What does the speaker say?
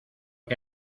que